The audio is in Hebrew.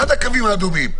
עד הקווים האדומים,